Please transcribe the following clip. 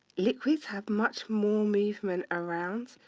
liquids have much more movement around,